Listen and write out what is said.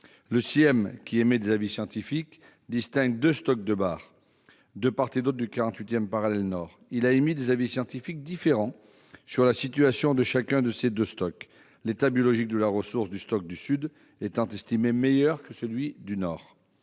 la mer, qui émet des avis scientifiques, distingue deux stocks de bars de part et d'autre du 48 parallèle nord. Il a émis des avis scientifiques différents sur la situation de chacun de ces deux stocks, l'état biologique de la ressource du stock du sud étant jugé meilleur que celui du nord.